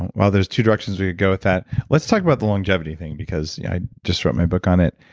wow, there's two directions we could go with that. let's talk about the longevity thing because i just wrote my book on it.